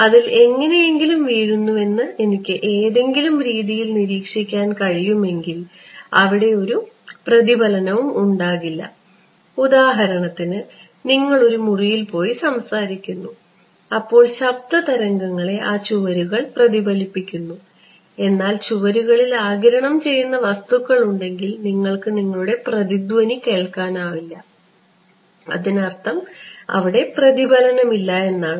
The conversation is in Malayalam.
അതിൽ എങ്ങനെയെങ്കിലും വീഴുന്നുവെന്ന് എനിക്ക് ഏതെങ്കിലും രീതിയിൽ നിരീക്ഷിക്കാൻ കഴിയുമെങ്കിൽ അവിടെ ഒരു പ്രതിഫലനവും ഉണ്ടാകില്ല ഉദാഹരണത്തിന് നിങ്ങൾ ഒരു മുറിയിൽ പോയി സംസാരിക്കുന്നു അപ്പോൾ ശബ്ദ തരംഗങ്ങളെ ആ ചുവരുകൾ പ്രതിഫലിപ്പിക്കുന്നു എന്നാൽ ചുവരുകളിൽ ആഗിരണം ചെയ്യുന്ന വസ്തുക്കൾ ഉണ്ടെങ്കിൽ നിങ്ങൾക്ക് നിങ്ങളുടെ പ്രതിധ്വനി കേൾക്കാനാവില്ല അതിനർത്ഥം അവിടെ പ്രതിഫലനം ഇല്ല എന്നാണ്